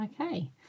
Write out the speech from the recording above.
okay